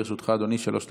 לרשותך שלוש דקות.